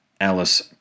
Alice